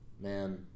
man